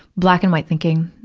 black and white thinking,